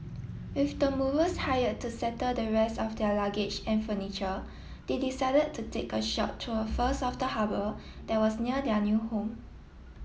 with the movers hired to settle the rest of their luggage and furniture they decided to take a short tour first of the harbour that was near their new home